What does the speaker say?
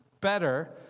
better